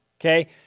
Okay